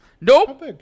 Nope